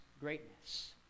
greatness